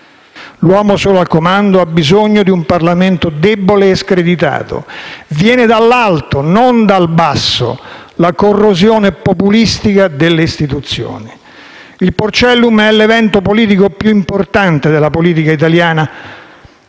L'uomo solo al comando ha bisogno di un Parlamento debole e screditato. Viene dall'alto, non dal basso, la corrosione populistica delle istituzioni. Il Porcellum è l'evento politico più importante della politica italiana